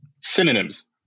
Synonyms